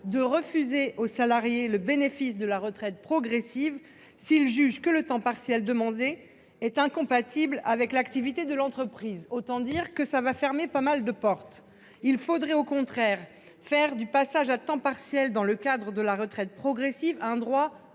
de refuser aux salariés le bénéfice de la retraite progressive, s'il juge que le temps partiel demandé est incompatible avec l'activité de l'entreprise. Autant dire que pas mal de portes vont se fermer ! Il faudrait au contraire faire du passage à temps partiel dans le cadre de la retraite progressive un droit